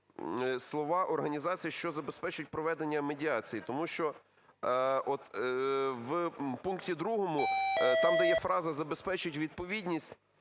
слова "організації, що забезпечують проведення медіації". Тому що от в пункті 2, там, де є фраза "забезпечують відповідність